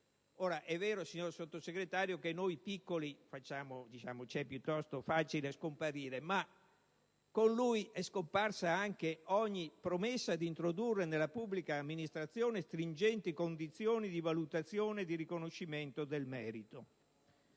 Ora è vero, signor Sottosegretario, che per noi piccoli è piuttosto facile scomparire, ma con lui è scomparsa anche ogni promessa di introdurre nella pubblica amministrazione stringenti condizioni di valutazione e di riconoscimento del merito.